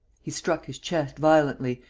he struck his chest violently,